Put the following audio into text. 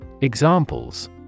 Examples